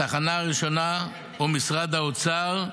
התחנה הראשונה היא משרד האוצר,